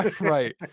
Right